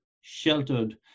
sheltered